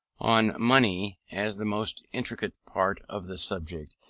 on money, as the most intricate part of the subject,